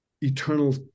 eternal